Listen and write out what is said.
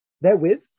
therewith